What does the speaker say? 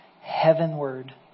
heavenward